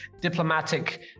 diplomatic